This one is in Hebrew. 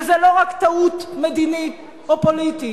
וזה לא רק טעות מדינית או פוליטית,